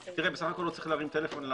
בסך הכול הוא צריך להרים טלפון.